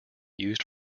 used